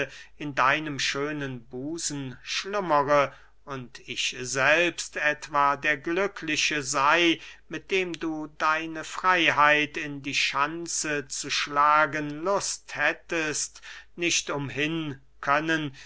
in deinem schönen busen schlummre und ich selbst etwa der glückliche sey mit dem du deine freyheit in die schanze zu schlagen lust hättest nicht umhin können